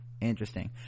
interesting